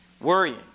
Worrying